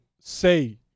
say